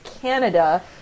Canada